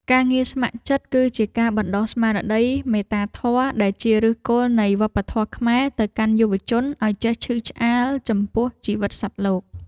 ការងារស្ម័គ្រចិត្តគឺជាការបណ្ដុះស្មារតី មេត្តាធម៌ ដែលជាឫសគល់នៃវប្បធម៌ខ្មែរទៅកាន់យុវជនឱ្យចេះឈឺឆ្អាលចំពោះជីវិតសត្វលោក។